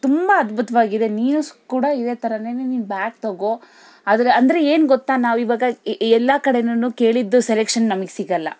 ತುಂಬ ಅದ್ಬುತವಾಗಿದೆ ನೀನು ಕೂಡ ಇದೇ ಥರನೇ ನೀನು ಬ್ಯಾಗ್ ತೊಗೋ ಆದರೆ ಅಂದರೆ ಏನು ಗೊತ್ತ ನಾವಿವಾಗ ಎಲ್ಲಾ ಕಡೆನು ಕೇಳಿದ್ದು ಸೆಲೆಕ್ಷನ್ ನಮಿಗೆ ಸಿಗಲ್ಲ